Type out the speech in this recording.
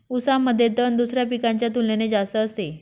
ऊसामध्ये तण दुसऱ्या पिकांच्या तुलनेने जास्त असते